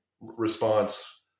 response